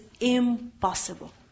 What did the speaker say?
impossible